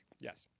Yes